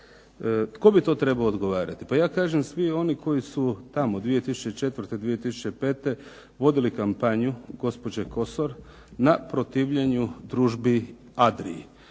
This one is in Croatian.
Tko bi to trebao odgovarati? Pa ja kažem svi oni koji su tamo 2004., 2005. vodili kampanju gospođe Kosor na protivljenju "Družbi Adriji".